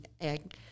egg